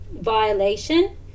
violation